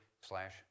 slash